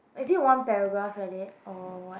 is it one paragraph like that or what